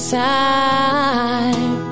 time